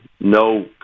no